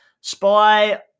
Spy